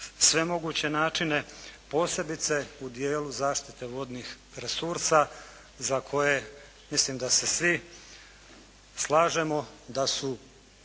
sve moguće načine posebice u dijelu zaštite vodnih resursa za koje mislim da se svi slažemo da su